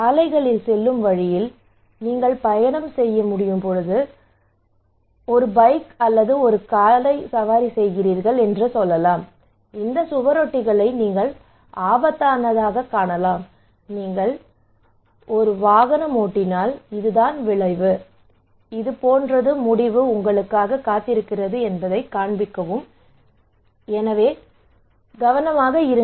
சாலைகளில் செல்லும் வழியில் நீங்கள் பயணம் செய்ய முடியும் நீங்கள் ஒரு பைக் அல்லது ஒரு காரை சவாரி செய்தீர்கள் என்று சொல்லலாம் இந்த சுவரொட்டிகளை நீங்கள் ஆபத்தானதாகக் காணலாம் நீங்கள் சொறி வாகனம் ஓட்டினால் இதுதான் விளைவு இது போன்றது முடிவு உங்களுக்காகக் காத்திருக்கிறது என்பதைக் காண்பிக்கும் எனவே கவனமாக இருங்கள்